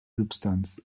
substanz